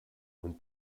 und